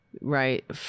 right